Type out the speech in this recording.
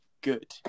good